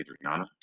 Adriana